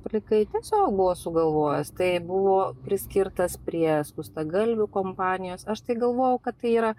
plikai tiesiog buvo sugalvojęs tai buvo priskirtas prie skustagalvių kompanijos aš tai galvojau kad tai yra